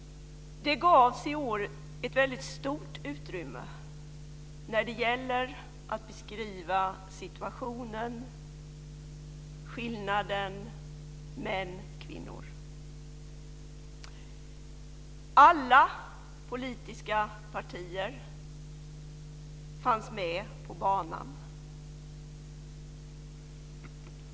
Den gavs i år ett väldigt stort utrymme när det gällde lägesbeskrivningen av skillnaderna mellan män och kvinnor. Alla politiska partier fanns med på banan.